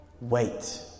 Wait